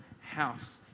house